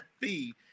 fee